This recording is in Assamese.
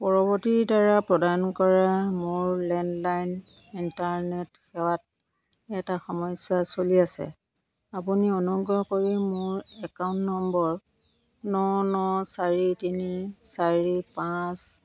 পৰৱৰ্তীৰ দ্বাৰা প্ৰদান কৰা মোৰ লেণ্ডলাইন ইণ্টাৰনেট সেৱাত এটা সমস্যা চলি আছে আপুনি অনুগ্ৰহ কৰি মোৰ একাউণ্ট নম্বৰ ন ন চাৰি তিনি চাৰি পাঁচ